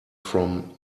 from